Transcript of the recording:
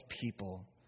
people